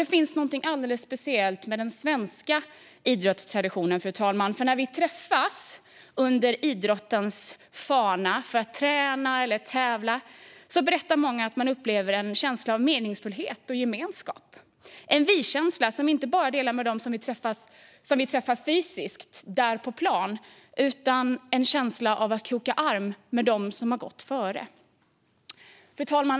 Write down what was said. Det finns någonting alldeles speciellt med den svenska idrottstraditionen. När vi träffas under idrottens fana för att träna eller tävla berättar många att de upplever en känsla av meningsfullhet och gemenskap. Det är en vi-känsla som vi inte bara delar med dem som vi träffas fysiskt där på plan. Det är en känsla av att kroka arm med dem som har gått före. Fru talman!